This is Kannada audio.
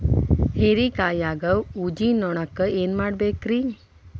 ಹೇರಿಕಾಯಾಗ ಊಜಿ ನೋಣಕ್ಕ ಏನ್ ಮಾಡಬೇಕ್ರೇ?